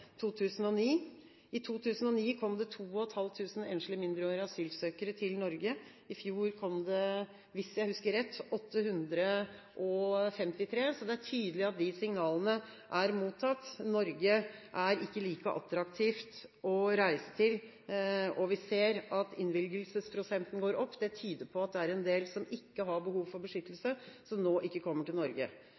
2009. I 2009 kom det 2 500 enslige mindreårige asylsøkere til Norge. I fjor kom det – hvis jeg husker rett – 853, så det er tydelig at de signalene er mottatt. Norge er ikke like attraktivt å reise til, og vi ser at innvilgelsesprosenten går opp. Det tyder på at det er en del som ikke har behov for beskyttelse, som nå ikke kommer til Norge.